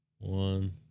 One